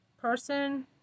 person